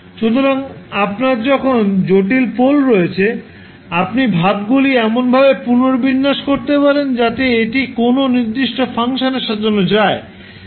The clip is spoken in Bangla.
সুতরাং আপনার যখন জটিল পোল রয়েছে আপনি ভাবগুলি এমনভাবে পুনর্বিন্যাস করতে পারেন যাতে এটি কোনও নির্দিষ্ট ফ্যাশনে সাজানো যায়